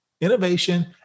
Innovation